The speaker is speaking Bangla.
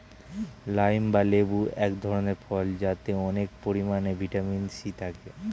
লাইম বা লেবু এক ধরনের ফল যাতে অনেক পরিমাণে ভিটামিন সি থাকে